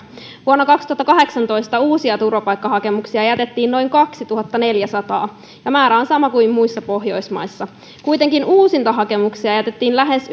vuonna kaksituhattakahdeksantoista uusia turvapaikkahakemuksia jätettiin noin kaksituhattaneljäsataa ja määrä on sama kuin muissa pohjoismaissa kuitenkin uusintahakemuksia jätettiin lähes